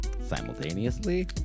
Simultaneously